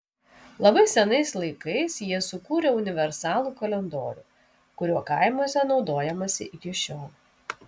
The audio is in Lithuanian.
labai senais laikais jie sukūrė universalų kalendorių kuriuo kaimuose naudojamasi iki šiol